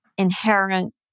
inherent